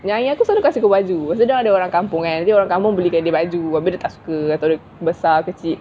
nyai aku selalu kasi aku baju pasal dia orang kampung kan dia orang kampung boleh gather baju abeh dia tak suka atau dia besar kecil